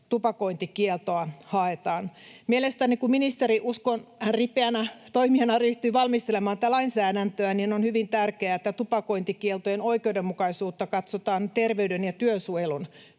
tupakointikieltoa haetaan. Kun ministeri, uskon, ripeänä toimijana ryhtyy valmistelemaan tätä lainsäädäntöä, niin mielestäni on hyvin tärkeää, että tupakointikieltojen oikeudenmukaisuutta katsotaan terveyden ja työsuojelun